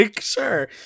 sure